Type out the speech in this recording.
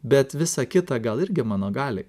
bet visa kita gal irgi mano gali